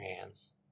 hands